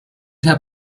herr